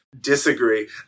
Disagree